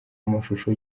amashusho